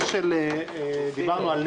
יחדיו.